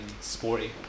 sporty